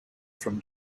from